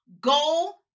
Goal